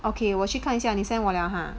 okay 我去看一下你 send 我 liao ah